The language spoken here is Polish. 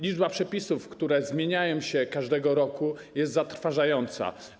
Liczba przepisów, które zmieniają się każdego roku, jest zatrważająca.